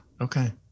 Okay